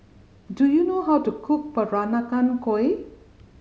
do you know how to cook Peranakan Kueh